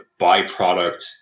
byproduct